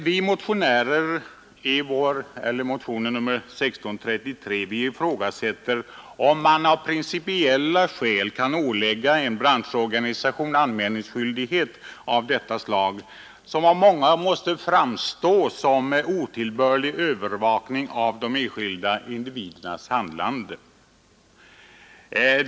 Vi som har väckt motionen 1633 ifrågasätter emellertid om man av principiella skäl kan ålägga en branschorganisation anmälningsskyldighet av detta slag, som av många måste framstå som en otillbörlig övervakning av de enskilda individernas handlande.